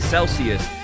Celsius